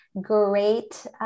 great